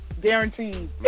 Guaranteed